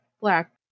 black